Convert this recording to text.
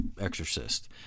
Exorcist